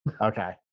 Okay